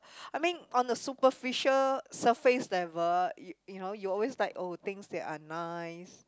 I mean on a superficial surface level you you know you always like oh things that are nice